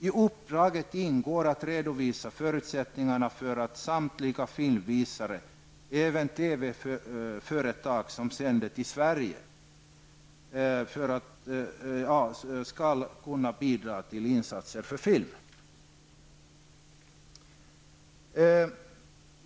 I uppdraget ingår att redovisa förutsättningarna för att samtliga filmvisare, även TV-företag som sänder till Sverige, skall kunna bidra till insatser för film.